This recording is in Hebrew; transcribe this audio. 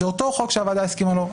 זה אותו חוק שהוועדה הסכימה לו.